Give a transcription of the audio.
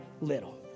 little